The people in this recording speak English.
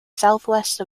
southwest